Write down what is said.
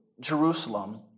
Jerusalem